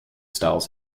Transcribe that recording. styles